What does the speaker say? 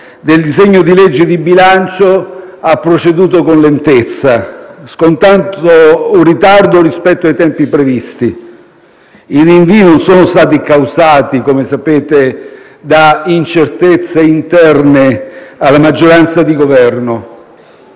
del disegno di legge di bilancio ha proceduto con lentezza, scontando un ritardo rispetto ai tempi previsti. I rinvii non sono stati causati - come sapete - da incertezze interne alla maggioranza di Governo.